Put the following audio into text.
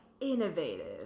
Innovative